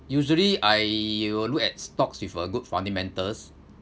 usually I will look at stocks with a good fundamentals